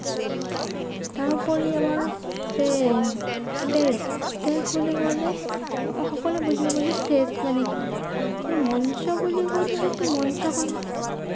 তাৰোপৰি আমাৰ সেই ষ্টেজ ষ্টেজ বুলি ক'লে সকলোৱে বুজি পাব যে ষ্টেজ মানে কি কিন্তু মঞ্চ বুলি ক'লে হয়তো মঞ্চখনক